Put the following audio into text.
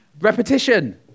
Repetition